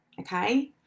okay